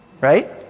Right